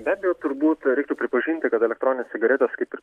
be abejo turbūt reiktų pripažinti kad elektroninės cigaretės kaip ir